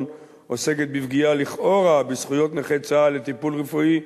עוסקת בפגיעה לכאורה בזכויות נכי צה"ל לטיפול רפואי.